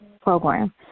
program